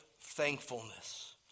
thankfulness